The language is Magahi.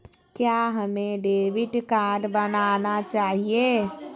क्या हमें डेबिट कार्ड बनाना चाहिए?